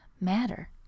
matter